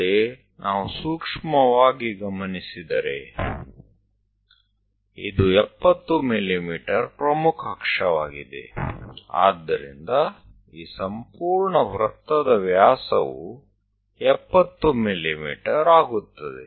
વધારામાં જો આપણે કાળજીપૂર્વક જોઈએ તો આ 70 mm મુખ્ય અક્ષ છે તેથી આ પુરા વર્તુળનો વ્યાસ 70 mm છે